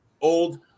old